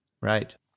right